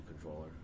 controller